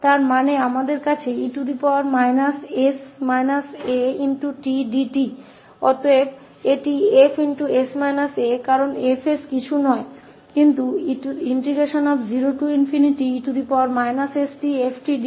इसका मतलब है कि हमारे पास e dt है और यह वास्तव में 𝐹 𝑠 𝑎 है क्योंकि हमारे 𝐹 𝑠 कुछ भी नहीं है लेकिन 0e st𝑓𝑡𝑑t है